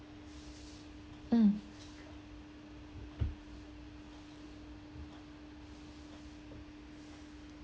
mm